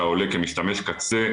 משתמשי הקצה,